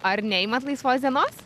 ar neimat laisvos dienos